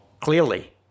Clearly